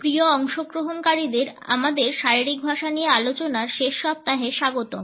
প্রিয় অংশগ্রহণকারীদের আমাদের শারীরিক ভাষা নিয়ে আলোচনার শেষ সপ্তাহে স্বাগতম